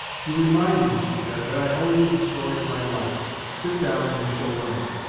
you remind me, she said, that i owe you the story of my life sit down and you shall learn it.